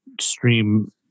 stream